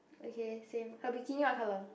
okay same her bikini what colour